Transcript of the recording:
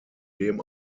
dem